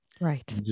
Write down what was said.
Right